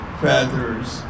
feathers